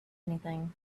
anything